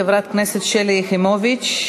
חברת הכנסת שלי יחימוביץ,